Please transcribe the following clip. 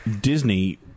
Disney